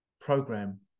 program